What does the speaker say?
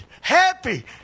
Happy